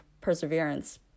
perseverance